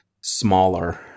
smaller